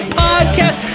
podcast